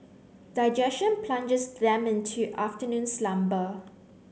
digestion plunges them into afternoon slumber